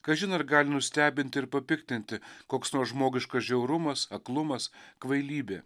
kažin ar gali nustebinti ir papiktinti koks nors žmogiškas žiaurumas aklumas kvailybė